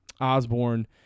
Osborne